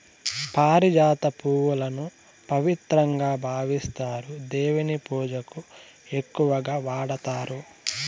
పారిజాత పువ్వులను పవిత్రంగా భావిస్తారు, దేవుని పూజకు ఎక్కువగా వాడతారు